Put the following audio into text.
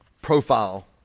profile